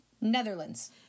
Netherlands